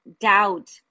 doubt